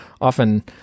often